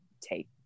take